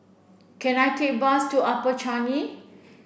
can I take a bus to Upper Changi